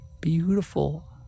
beautiful